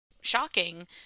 shocking